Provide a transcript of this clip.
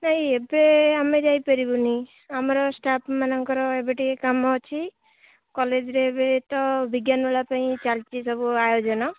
ଆମେ ଯାଇପାରିବୁନି ଆମର ଷ୍ଟାଫ୍ମାନଙ୍କର ଏବେ ଟିକେ କାମ ଅଛି କଲେଜ୍ରେ ଏବେ ତ ବିଜ୍ଞାନ ପାଇଁ ଚାଲିଛି ସବୁ ଆୟୋଜନ